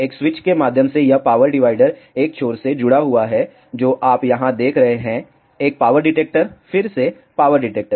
एक स्विच के माध्यम से यह पावर डिवाइडर एक छोर से जुड़ा हुआ है जो आप यहां देख रहे हैं एक पावर डिटेक्टर फिर से पावर डिटेक्टर